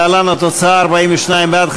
להלן התוצאה: 42 בעד,